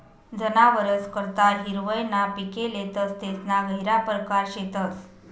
जनावरस करता हिरवय ना पिके लेतस तेसना गहिरा परकार शेतस